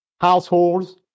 households